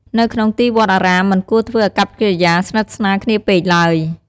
នៅក្នុងទីវត្តអារាម មិនគួរធ្វើអាកប្បកិរិយាស្និទ្ធស្នាលគ្នាពេកឡើយ។